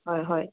হয় হয়